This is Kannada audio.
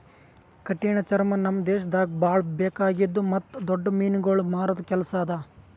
ಕಠಿಣ ಚರ್ಮ ನಮ್ ದೇಶದಾಗ್ ಭಾಳ ಬೇಕಾಗಿದ್ದು ಮತ್ತ್ ದೊಡ್ಡ ಮೀನುಗೊಳ್ ಮಾರದ್ ಕೆಲಸ ಅದಾ